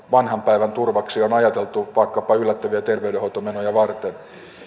vanhan päivän turvaksi on on ajateltu vaikkapa yllättäviä terveydenhoitomenoja varten